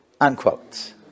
unquote